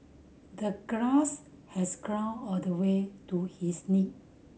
the grass has grown all the way to his knee